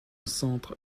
centre